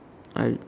I